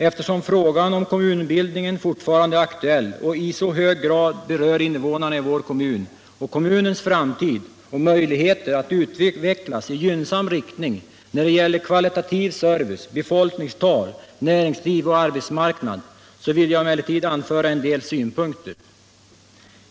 Eftersom frågan om kommunbildningen fortfarande är aktuell och i så hög grad berör invånarna i vår kommun och kommunens framtid och möjligheter att utvecklas i gynnsam riktning när det gäller kvalitativ service, befolkningstal, näringsliv och arbetsmarknad, så vill jag emellertid anföra en del synpunkter.